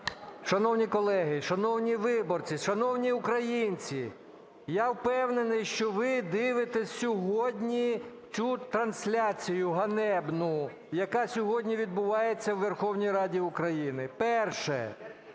Шановні колеги, шановні виборці, шановні українці! Я впевнений, що ви дивитесь сьогодні цю трансляцію ганебну, яка сьогодні відбувається у Верховній Раді України. Перше.